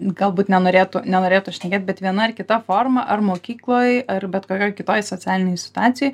galbūt nenorėtų nenorėtų šnekėt bet viena ar kita forma ar mokykloj ar bet kokioj kitoj socialinėj situacijoj